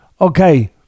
okay